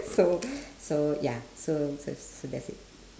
so so ya so so that's it